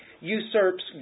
usurps